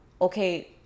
okay